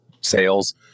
sales